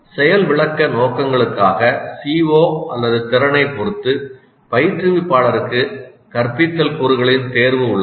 செயல் விளக்க நோக்கங்களுக்காக CO திறனைப் பொறுத்து பயிற்றுவிப்பாளருக்கு கற்பித்தல் கூறுகளின் தேர்வு உள்ளது